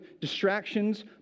distractions